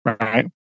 Right